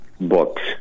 books